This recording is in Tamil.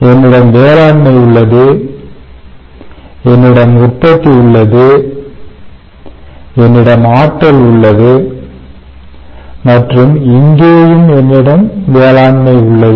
என்னிடம் வேளாண்மை உள்ளது என்னிடம் உற்பத்தி உள்ளது என்னிடம் ஆற்றல் உள்ளது மற்றும் இங்கேயும் என்னிடம் வேளாண்மை உள்ளது